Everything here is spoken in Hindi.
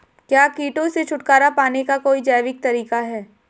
क्या कीटों से छुटकारा पाने का कोई जैविक तरीका है?